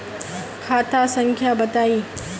खाता संख्या बताई?